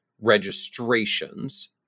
registrations